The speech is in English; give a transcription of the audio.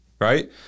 right